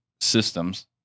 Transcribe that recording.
systems